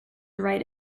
write